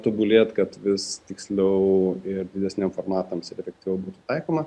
tobulėt kad vis tiksliau ir didesniem formatam efektyviau būtų taikoma